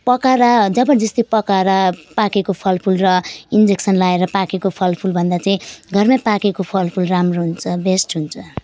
पकाएर जबरजस्ती पकाएर पाकेको फल फुल र इन्जेक्सन लगाएर पाकेको फल फुल भन्दा चाहिँ घरमा पाकेको फल फुल राम्रो हुन्छ बेस्ट हुन्छ